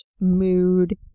mood